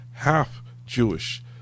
half-Jewish